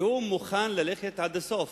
והוא מוכן ללכת עד הסוף.